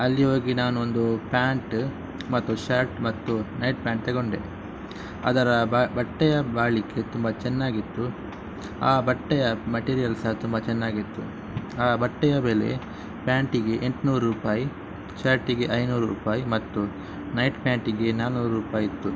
ಅಲ್ಲಿ ಹೋಗಿ ನಾನು ಒಂದು ಪ್ಯಾಂಟ ಮತ್ತು ಶರ್ಟ್ ಮತ್ತು ನೈಟ್ ಪ್ಯಾಂಟ್ ತೆಗೊಂಡೆ ಅದರ ಬಟ್ಟೆಯ ಬಾಳಿಕೆ ತುಂಬ ಚೆನ್ನಾಗಿತ್ತು ಆ ಬಟ್ಟೆಯ ಮಟೀರಿಯಲ್ ಸಹ ತುಂಬ ಚೆನ್ನಾಗಿತ್ತು ಆ ಬಟ್ಟೆಯ ಬೆಲೆ ಪ್ಯಾಂಟಿಗೆ ಎಂಟ್ನೂರು ರೂಪಾಯಿ ಶರ್ಟಿಗೆ ಐನೂರು ರೂಪಾಯಿ ಮತ್ತು ನೈಟ್ ಪ್ಯಾಂಟಿಗೆ ನಾನ್ನೂರು ರೂಪಾಯಿ ಇತ್ತು